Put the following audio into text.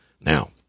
Now